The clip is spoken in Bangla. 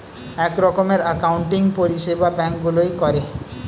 এক রকমের অ্যাকাউন্টিং পরিষেবা ব্যাঙ্ক গুলোয় করে